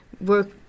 work